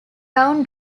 down